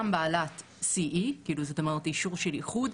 גם בעלת CE, כלומר אישור של האיחוד,